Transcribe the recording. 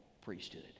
priesthood